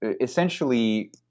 essentially